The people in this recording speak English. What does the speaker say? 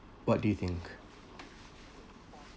what do you think